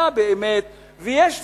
ויש זמן.